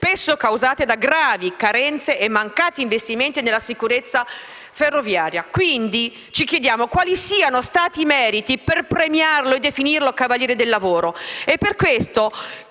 spesso causate da gravi carenze e mancati investimenti nella sicurezza ferroviaria. Quindi, ci chiediamo quali siano stati i meriti per premiarlo e definirlo cavaliere del lavoro.